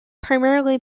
primarily